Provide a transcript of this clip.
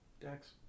Dex